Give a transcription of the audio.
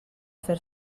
fer